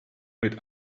mit